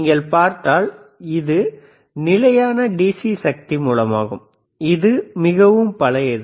நீங்கள் பார்த்தால் இது வலது நிலையான டிசி சக்தி மூலமாகும் இது மிகவும் பழையது